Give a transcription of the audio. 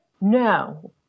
No